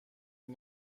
این